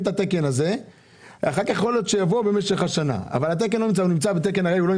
את התקן ואחר כך יכול להיות שיבואו במשך השנה אבל התקן לא נמצא על קבוע.